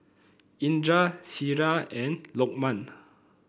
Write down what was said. Indra Syirah and Lokman